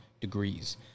degrees